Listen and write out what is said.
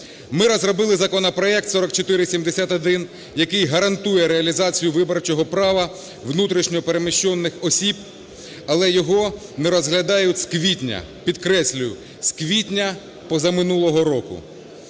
Ми розробили законопроект 4471, який гарантує реалізацію виборчого права внутрішньо переміщених осіб, але його не розглядають з квітня. Підкреслюю, з квітня позаминулого року.